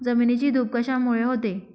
जमिनीची धूप कशामुळे होते?